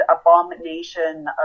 abomination